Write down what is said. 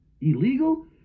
illegal